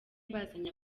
bazanye